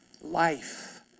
life